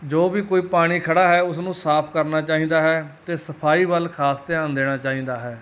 ਜੋ ਵੀ ਕੋਈ ਪਾਣੀ ਖੜ੍ਹਾ ਹੈ ਉਸ ਨੂੰ ਸਾਫ਼ ਕਰਨਾ ਚਾਹੀਦਾ ਹੈ ਅਤੇ ਸਫਾਈ ਵੱਲ ਖ਼ਾਸ ਧਿਆਨ ਦੇਣਾ ਚਾਹੀਦਾ ਹੈ